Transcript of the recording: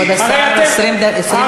כבוד השר, 20 שניות.